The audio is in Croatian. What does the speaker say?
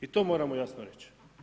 I to moramo jasno reći.